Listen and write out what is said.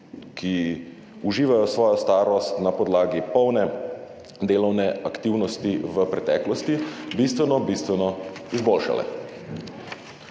ki uživajo svojo starost na podlagi polne delovne aktivnosti v preteklosti, bistveno bistveno izboljšale.